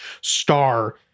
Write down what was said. star